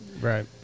Right